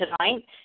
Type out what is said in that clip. tonight